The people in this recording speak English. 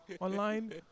online